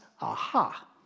Aha